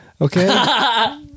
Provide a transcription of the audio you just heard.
okay